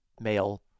male